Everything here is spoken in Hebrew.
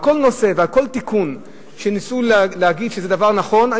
על כל נושא ועל כל תיקון שניסו להגיד שזה דבר נכון,